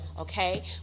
okay